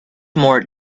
more